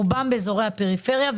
רובם באזורי הפריפריה.